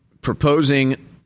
proposing